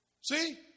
See